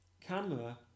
Camera